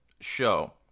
show